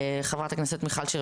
חברת הכנסת מיכל שיר,